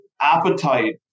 appetite